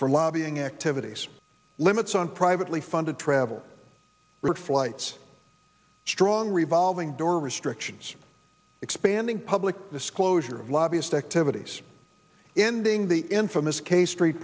for lobbying activities limits on privately funded travel rig flights strong revolving door restrictions expanding public disclosure of lobbyist activities in the ng the infamous k street